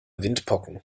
windpocken